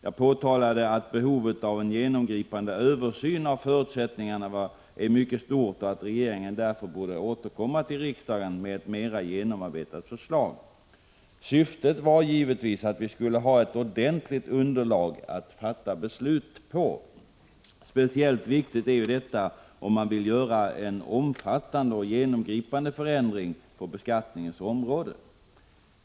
Jag framhöll att behovet av en genomgripande översyn av förutsättningarna är mycket stort och att regeringen därför borde återkomma till riksdagen med ett mer genomarbetat förslag. Syftet var givetvis att få ett ordentligt underlag att fatta beslut på. Speciellt viktigt är detta, om man vill göra en omfattande och genomgripande förändring på beskattningens område.